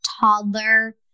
toddler